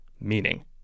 Meaning